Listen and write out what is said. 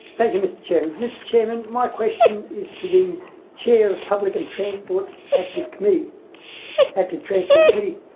thank you, mr chair. mr chair, and my question is to the chair of public and transport active committee active transport committee,